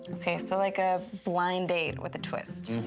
okay, so, like, a blind date with a twist.